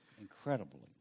Incredibly